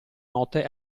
notte